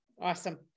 Awesome